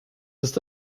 ist